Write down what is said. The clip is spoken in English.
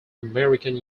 american